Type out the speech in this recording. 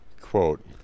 Quote